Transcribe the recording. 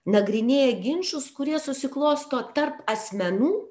nagrinėja ginčus kurie susiklosto tarp asmenų